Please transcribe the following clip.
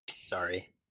Sorry